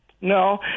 No